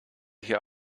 hier